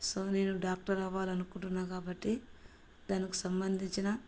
so నేను doctor అవాలనుకుంటున్నాను కాబట్టి దానికి సంబంధించిన